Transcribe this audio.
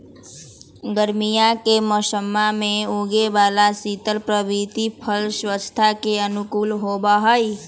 गर्मीया के मौसम्मा में उगे वाला शीतल प्रवृत्ति के फल स्वास्थ्य के अनुकूल होबा हई